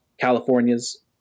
California's